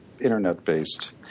internet-based